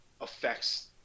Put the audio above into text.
affects